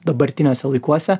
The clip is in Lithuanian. dabartiniuose laikuose